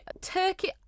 turkey